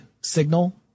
signal